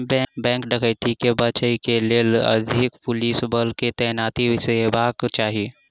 bank डकैती से बचय के लेल अधिक पुलिस बल के तैनाती हेबाक चाही